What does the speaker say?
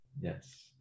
Yes